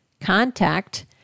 Contact